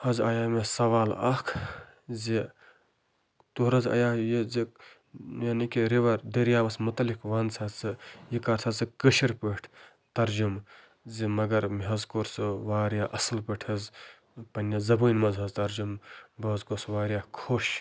حظ آیو مےٚ سوال اَکھ زِ تورٕ حظ آیو یہِ زِ یعنی کہِ رِوَر دٔریاوَس مُتعلِق وَن سہ ژٕ یہِ کَر سہ ژٕ کٲشِر پٲٹھۍ ترجمہ زِ مگر مےٚ حظ کوٚر سُہ واریاہ اَصٕل پٲٹھۍ حظ پنٛنہِ زبٲنۍ منٛز حظ ترجَم بہٕ حظ گوٚوس واریاہ خۄش